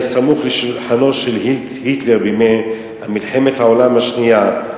שהיה סמוך על שולחנו של היטלר בימי מלחמת העולם השנייה,